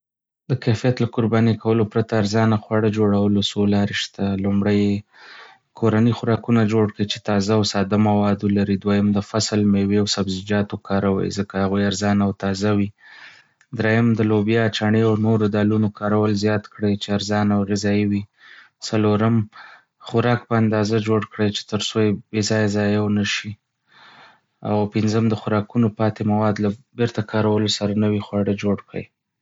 د کیفیت له قرباني کولو پرته ارزانه خواړه جوړولو څو لارې شته. لومړی، کورني خوراکونه جوړ کړئ چې تازه او ساده مواد ولري. دویم، د فصل مېوې او سبزيجات وکاروئ، ځکه هغوی ارزانه او تازه وي. درییم، د لوبیا، چڼې، او نورو دالونو کارول زیات کړئ چې ارزانه او غذایي وي. څلورم، خوراک په اندازه جوړه کړئ تر څو بې ځایه ضیاع ونشي. او پنځم، د خوراکونو پاتې مواد له بېرته کارولو سره نوي خواړه جوړ کړئ.